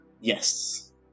yes